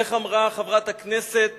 איך אמרה חברת הכנסת